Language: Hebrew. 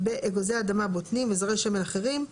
באגוזי אדמה (בוטנים) וזרעי שמן אחרים,